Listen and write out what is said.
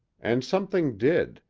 and something did,